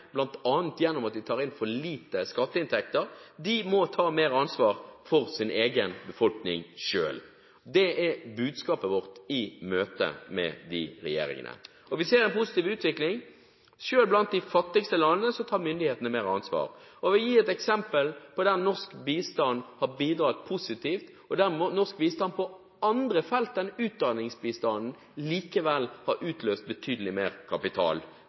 bl.a. gjennom at de tar inn for lite i skatteinntekter, må selv ta mer ansvar for sin egen befolkning. Det er budskapet vårt i møte med disse regjeringene. Vi ser en positiv utvikling. Selv blant de fattigste landene tar myndighetene mer ansvar. Jeg kan gi et eksempel der norsk bistand har bidratt positivt, og der norsk bistand på andre felt enn utdanningsbistanden likevel har utløst betydelig mer kapital